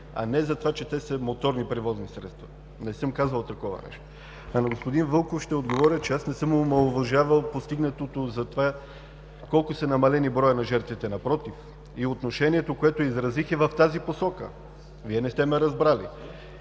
а не, че те са моторни превозни средства. Не съм казал такова нещо. А на господин Вълков ще отговоря, че не съм омаловажавал постигнатото за това колко е намален броят на жертвите. Напротив, отношението, което изразих, е в тази посока. Вие не сте ме разбрали!